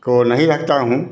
को नहीं रखता हूँ